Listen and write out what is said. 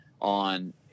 On